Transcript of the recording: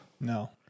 No